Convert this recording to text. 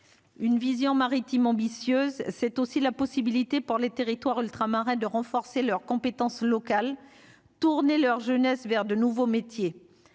une vision maritime ambitieuse, c'est aussi la possibilité pour les territoires ultramarins de renforcer leurs compétences locales tourner leur jeunesse vers de nouveaux métiers,